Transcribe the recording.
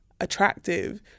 Attractive